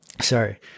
Sorry